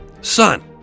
son